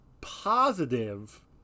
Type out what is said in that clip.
positive